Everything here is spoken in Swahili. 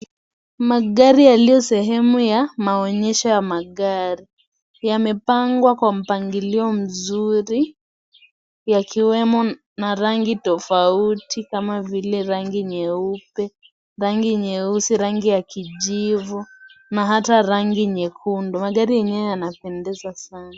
Magari yaliyo sehemu ya maonyesho ya magari yamepangwa kwa mpangilio mzuri yakiwemo na rangi tofauti kama vile rangi nyeupe rangi nyeusi rangi ya kijivu na hata rangi nyekundu, magari yenyewe yanapendeza sana.